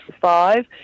five